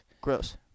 Gross